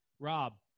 Rob